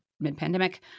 Mid-pandemic